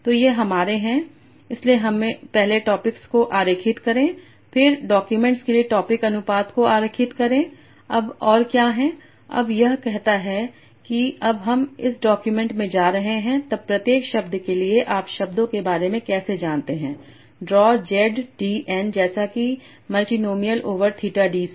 तो ये हमारे हैं इसलिए पहले टॉपिक्स को आरेखित करें फिर डाक्यूमेंट्स के लिए टॉपिक् अनुपात को आरेखित करें अब और क्या है अब यह कहता है कि अब हम इस डॉक्यूमेंट में जा रहे हैं तब प्रत्येक शब्द के लिए आप शब्दों के बारे में कैसे जानते हैं ड्रा Z d n जैसा कि मल्टिनोमिअल ओवर थीटा d से